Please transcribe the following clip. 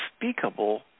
unspeakable